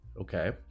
okay